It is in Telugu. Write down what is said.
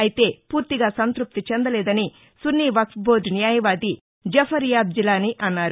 అయితే పూర్తిగా సంత్పప్తి చెందలేదని సున్నీ వక్ప్ బోర్దు న్యాయవాది జఫర్ యాబ్ జిలానీ అన్నారు